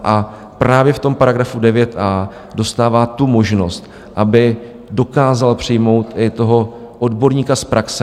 A právě v tom § 9a dostává možnost, aby dokázal přijmout i toho odborníka z praxe.